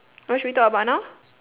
what should we talk about now